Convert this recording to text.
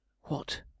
What